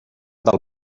del